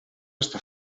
està